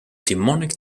demonic